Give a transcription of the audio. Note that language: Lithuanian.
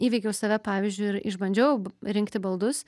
įveikiau save pavyzdžiui ir išbandžiau b rinkti baldus